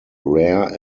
rare